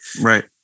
Right